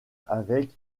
avec